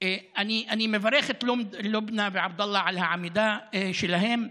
אני מברך את לובנא ועבדאללה על העמידה שלהם,